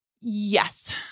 Yes